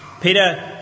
Peter